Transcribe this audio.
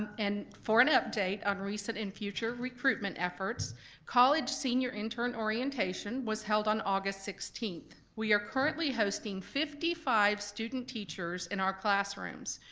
and for an update on recent and future recruitment efforts college senior intern orientation was held on august sixteenth. we are currently hosting fifty five student teachers in our classrooms.